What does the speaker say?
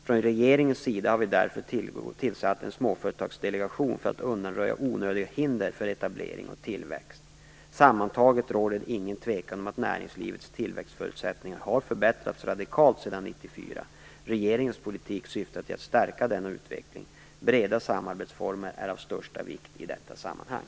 Från regeringens sida har vi därför tillsatt en småföretagsdelegation för att undanröja onödiga hinder för etablering och tillväxt. Sammantaget råder det ingen tvekan om att näringslivets tillväxtförutsättningar har förbättrats radikalt sedan 1994. Regeringens politik syftar till att stärka denna utveckling. Breda samarbetsformer är av största vikt i detta sammanhang.